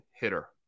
hitter